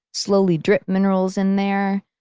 slowly drip minerals in there,